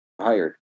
hired